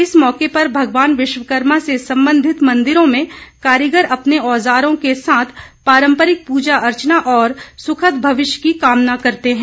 इस मौके पर भगवान विश्वकर्मा से संबंधित मंदिरों में कारीगर अपने औजारों के साथ पारंपरिक पूजा अर्चना और सुखद भविष्य की कामना करते हैं